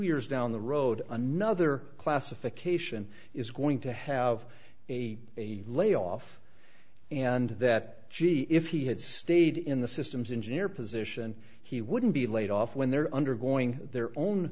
years down the road another classification is going to have a layoff and that gee if he had stayed in the systems engineer position he wouldn't be laid off when they're undergoing their own